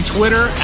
Twitter